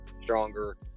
stronger